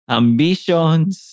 ambitions